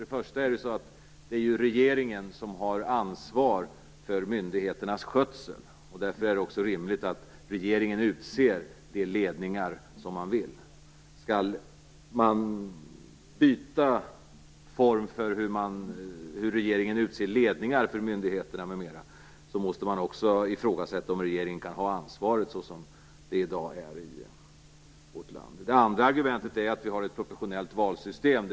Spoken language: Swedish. Det första argumentet är att det är regeringen som har ansvar för myndigheternas skötsel. Då är det också rimligt att regeringen utser de ledningar som den vill ha. Skall man byta form för regeringens tillsättande av ledningar för myndigheter m.m. måste man också ifrågasätta om regeringen kan ha ansvaret på det sätt som den i dag har i vårt land. Det andra argumentet är att vi har ett proportionellt valsystem.